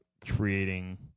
creating